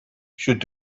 should